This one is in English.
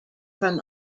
from